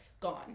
gone